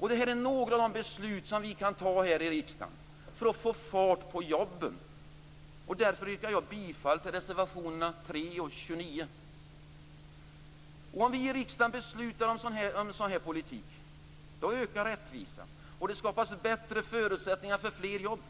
Detta är några av de beslut som vi kan fatta här i riksdagen för att få fart på jobben. Därför yrkar jag bifall till reservationerna 3 och 29. Om vi i riksdagen beslutar om en sådan här politik då ökar rättvisan och det skapas bättre förutsättningar för fler jobb.